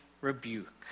rebuke